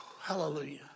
Hallelujah